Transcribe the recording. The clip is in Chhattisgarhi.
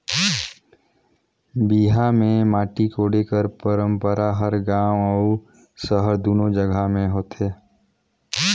बिहा मे माटी कोड़े कर पंरपरा हर गाँव अउ सहर दूनो जगहा मे होथे